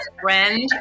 friend